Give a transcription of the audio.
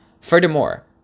furthermore